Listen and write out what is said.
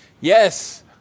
Yes